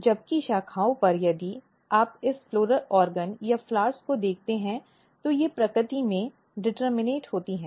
जबकि शाखाओं पर यदि आप इस पुष्प अंग या फूलों को देखते हैं तो ये प्रकृति में निर्धारित होती हैं